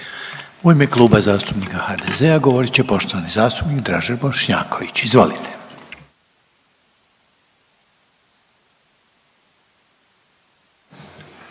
U ime Kluba zastupnika HDZ-a govorit će poštovani zastupnik Dražen Bošnjaković, izvolite.